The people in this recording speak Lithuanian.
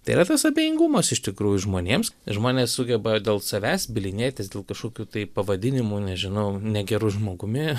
tai yra tas abejingumas iš tikrųjų žmonėms žmonės sugeba dėl savęs bylinėtis dėl kažkokių tai pavadinimų nežinau negeru žmogumi